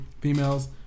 females